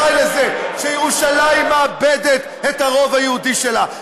אחראי לזה שירושלים מאבדת את הרוב היהודי שלה,